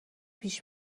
پیش